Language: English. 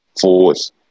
force